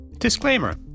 Disclaimer